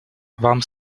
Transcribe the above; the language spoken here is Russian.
вам